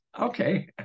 okay